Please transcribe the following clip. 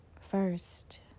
First